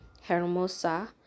hermosa